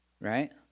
Right